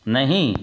नहीं